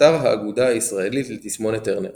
אתר האגודה הישראלית לתסמונת טרנר